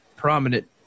Prominent